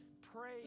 pray